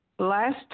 Last